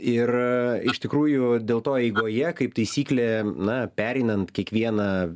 ir iš tikrųjų dėl to eigoje kaip taisyklė na pereinant kiekvieną